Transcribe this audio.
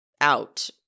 out